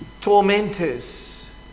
tormentors